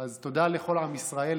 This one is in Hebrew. תודה לכל עם ישראל,